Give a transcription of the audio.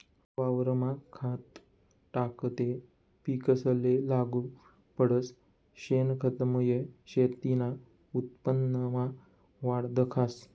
वावरमा खत टाकं ते पिकेसले लागू पडस, शेनखतमुये शेतीना उत्पन्नमा वाढ दखास